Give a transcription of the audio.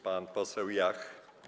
Pan poseł Jach.